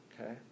okay